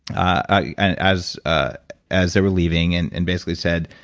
ah as ah as they were leaving and and basically said,